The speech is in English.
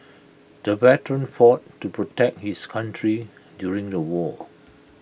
the veteran fought to protect his country during the war